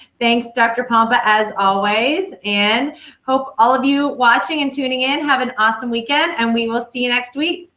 thanks, dr. pompa, as always. i and hope all of you watching and tuning in have an awesome weekend, and we will see you next week.